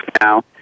now